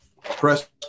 press